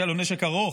שהיה לו נשק ארוך,